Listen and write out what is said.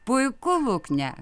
puiku lukne